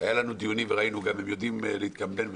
היו לנו דיונים וראינו שהם יודעים להסתדר,